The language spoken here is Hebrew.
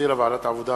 שהחזירה ועדת העבודה,